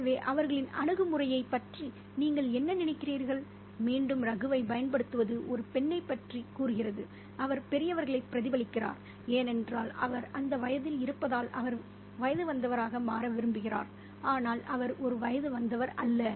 எனவே அவர்களின் அணுகுமுறையைப் பற்றி நீங்கள் என்ன நினைக்கிறீர்கள் மீண்டும் ரகுவைப் பயன்படுத்துவது ஒரு பெண்ணைப் பற்றிக் கூறுகிறது அவர் பெரியவர்களைப் பிரதிபலிக்கிறார் ஏனென்றால் அவர் அந்த வயதில் இருப்பதால் அவர் வயது வந்தவராக மாற விரும்புகிறார் ஆனால் அவர் ஒரு வயது வந்தவர் அல்ல